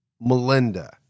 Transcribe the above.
Melinda